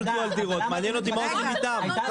מעניין אותי מה עושים איתם.